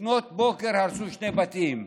לפנות בוקר, הרסו שני בתים,